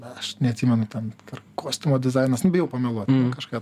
aš neatsimenu ten ar kostiumo dizainas nu bijau pameluoti kažką